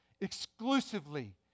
exclusively